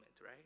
right